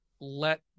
let